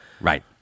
right